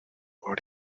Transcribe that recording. what